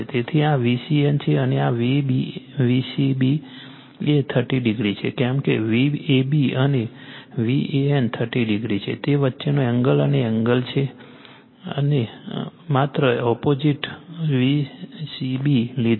તેથી આ VCN છે અને Vcb એ 30o છે જેમ કે Vab અને VAN 30o છે તે વચ્ચેનો એંગલ અને એંગલ છે માત્ર ઓપોજીટ Vcb લીધો છે